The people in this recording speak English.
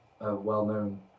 well-known